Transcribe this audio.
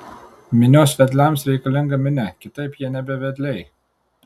minios vedliams reikalinga minia kitaip jie nebe vedliai